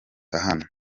hano